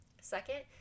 Second